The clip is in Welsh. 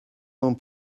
mewn